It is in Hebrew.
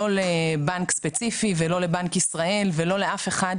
לא לבנק ספציפי ולא לבנק ישראל ולא לאף אחד,